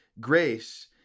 grace